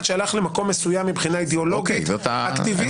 שהלך למקום מסוים מבחינה אידיאולוגית עם אקטיביזם.